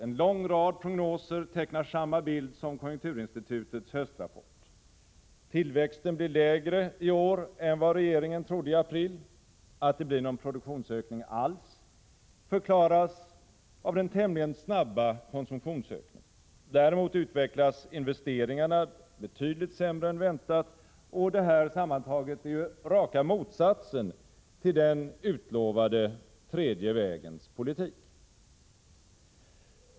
En lång rad prognoser tecknar samma bild som konjunkturinstitutets höstrapport. Tillväxten blir lägre i år än vad regeringen trodde i april. Att det blir någon produktionsökning alls förklaras av den tämligen snabba konsumtionsökningen. Däremot utvecklas investeringarna betydligt sämre än väntat. Detta sammantaget är raka motsatsen till den utlovade tredje vägens politik.